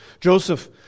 Joseph